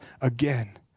again